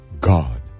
god